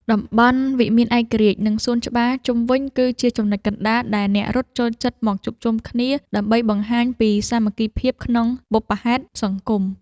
តំបន់វិមានឯករាជ្យ និងសួនច្បារជុំវិញ គឺជាចំណុចកណ្ដាលដែលអ្នករត់ចូលចិត្តមកជួបជុំគ្នា ដើម្បីបង្ហាញពីសាមគ្គីភាពក្នុងបុព្វហេតុសង្គម។